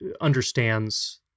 understands